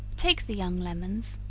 take the young lemons,